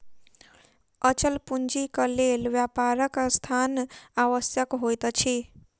अचल पूंजीक लेल व्यापारक स्थान आवश्यक होइत अछि